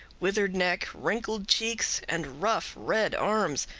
withered neck, wrinkled cheeks, and rough, red arms,